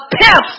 Pimps